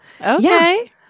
Okay